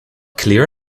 clear